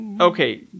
Okay